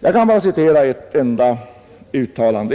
Jag skall citera bara ett enda uttalande.